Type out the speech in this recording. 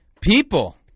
people